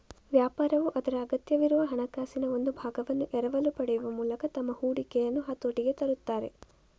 ವ್ಯಾಪಾರವು ಅದರ ಅಗತ್ಯವಿರುವ ಹಣಕಾಸಿನ ಒಂದು ಭಾಗವನ್ನು ಎರವಲು ಪಡೆಯುವ ಮೂಲಕ ತಮ್ಮ ಹೂಡಿಕೆಯನ್ನು ಹತೋಟಿಗೆ ತರುತ್ತಾರೆ